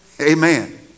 Amen